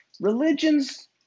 Religions